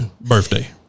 birthday